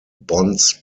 bonds